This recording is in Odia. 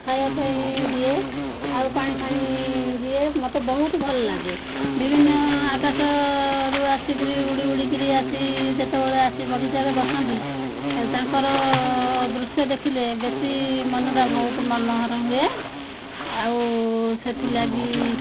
ଖାଇବା ପାଇଁ ଦିଏ ଆଉ ପାଣି ଫାଣି ଦିଏ ମୋତେ ବହୁତ ଭଲ ଲାଗେ ବିଭିନ୍ନ ଆକାଶରୁ ଆସିକିରି ଉଡ଼ି ଉଡ଼ିକିରି ଆସି ଯେତେବେଳେ ଆସି ବଗିଚାରେ ବସନ୍ତି ତାଙ୍କର ଦୃଶ୍ୟ ଦେଖିଲେ ବେଶୀ ମନଟା ବହୁତ ମନୋହର ହୁଏ ଆଉ ସେଥିଲାଗି